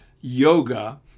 yoga